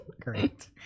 Great